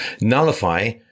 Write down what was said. nullify